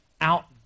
out